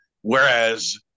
whereas